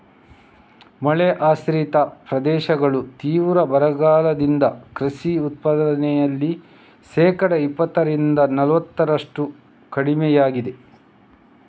ಮಳೆ ಆಶ್ರಿತ ಪ್ರದೇಶಗಳು ತೀವ್ರ ಬರಗಾಲದಿಂದ ಕೃಷಿ ಉತ್ಪಾದನೆಯಲ್ಲಿ ಶೇಕಡಾ ಇಪ್ಪತ್ತರಿಂದ ನಲವತ್ತರಷ್ಟು ಕಡಿಮೆಯಾಗಿದೆ